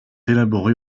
élaborés